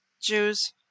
Jews